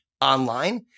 online